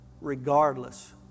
regardless